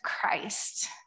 Christ